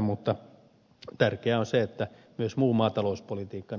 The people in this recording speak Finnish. mutta tärkeää on se että myös muu maatalouspolitiikka